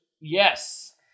Yes